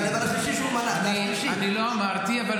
אני לא אמרתי את זה.